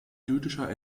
jüdischer